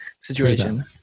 situation